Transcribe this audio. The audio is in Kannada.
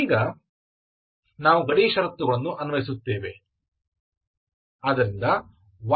ಈಗ ನಾವು ಗಡಿ ಷರತ್ತನ್ನು ಅನ್ವಯಿಸುತ್ತೇವೆ